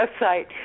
website